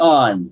on